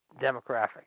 demographic